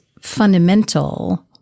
fundamental